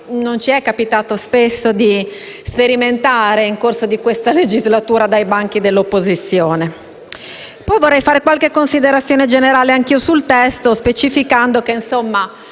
non ci è capitato spesso di sperimentare nel corso di questa legislatura dai banchi dell'opposizione. Poi vorrei fare qualche considerazione generale anch'io sul testo, specificando che anche